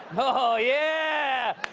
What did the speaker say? oh, yeah!